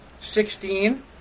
sixteen